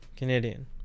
Canadian